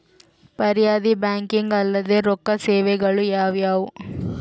ಪರ್ಯಾಯ ಬ್ಯಾಂಕಿಂಗ್ ಅಲ್ದೇ ರೊಕ್ಕ ಸೇವೆಗಳು ಯಾವ್ಯಾವು?